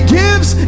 gives